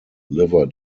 liver